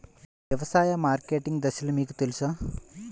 వ్యవసాయ మార్కెటింగ్ దశలు మీకు తెలుసా?